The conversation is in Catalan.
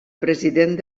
president